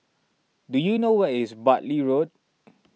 do you know where is Bartley Road